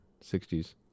60s